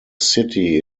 city